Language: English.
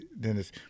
Dennis